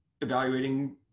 evaluating